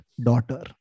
daughter